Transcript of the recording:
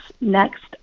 next